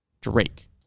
Drake